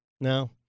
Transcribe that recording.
No